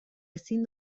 ezin